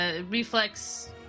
Reflex